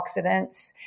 antioxidants